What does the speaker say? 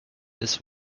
this